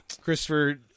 Christopher